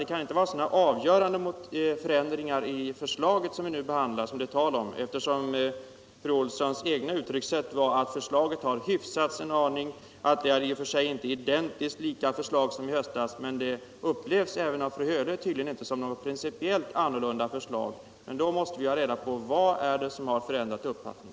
Det kan inte röra sig om några avgörande förändringar i det förslag som vi nu behandlar, eftersom fru Olssons egna ord var att förslaget har hyfsats en aning, att det i och för sig inte är identiskt lika med förslaget i höstas. Men det upplevs tydligen inte heller av fru Olsson som något principiellt annorlunda förslag. Då måste vi få veta: Vad är det som föranlett fru Olssons ändrade uppfattning?